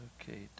Okay